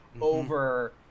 over